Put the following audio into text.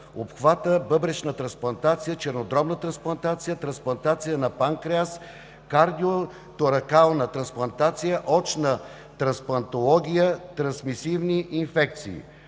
обхвата бъбречна трансплантация, чернодробна трансплантация, трансплантация на панкреас, кардиоторакална трансплантация, очна трансплантология, трансмисивни инфекции.